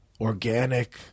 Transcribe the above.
organic